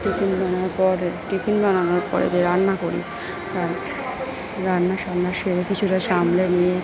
tiffin বানানোর পর tiffin বানানোর পর দিয়ে রান্না করি রান্না সেরে কিছুটা সামলে নিয়ে